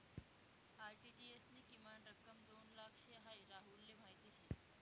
RTGS नी किमान रक्कम दोन लाख शे हाई राहुलले माहीत शे